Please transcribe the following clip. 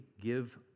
give